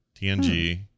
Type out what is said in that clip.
TNG